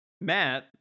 Matt